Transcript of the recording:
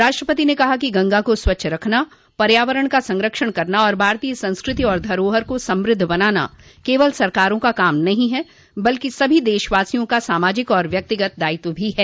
राष्ट्रपति ने कहा कि गंगा को स्वच्छ रखना पर्यावरण का संरक्षण करना तथा भारतीय संस्कृति और धरोहर को समृद्ध बनाना केवल सरकारों का काम नहीं है बल्कि सभी देशवासियों का सामाजिक और व्यक्तिगत दायित्व भी है